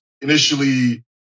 initially